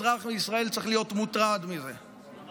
האמת היא שכל אזרח בישראל צריך להיות מוטרד מזה מאוד,